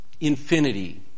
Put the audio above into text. infinity